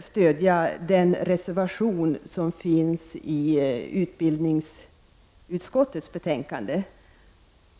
stödja den reservation som har fogats till utbildningsutskottets betänkande.